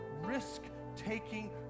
risk-taking